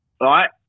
right